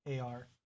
AR